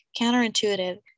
counterintuitive